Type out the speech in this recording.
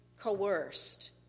coerced